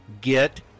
get